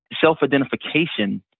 self-identification